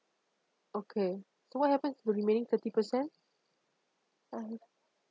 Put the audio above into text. okay what so happened to the remaining thirty percent um